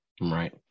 Right